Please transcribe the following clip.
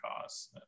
cause